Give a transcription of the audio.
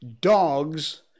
Dogs